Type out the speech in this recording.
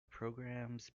programmes